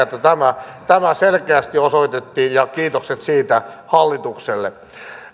että tämä tämä selkeästi osoitettiin ja kiitokset siitä hallitukselle